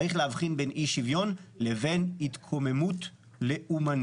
צריך להבחין בין אי שוויון לבין התקוממות לאומנית.